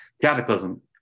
cataclysm